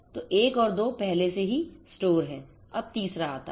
तो एक और 2 पहले से ही स्टोर हैं अब तीसरा आता है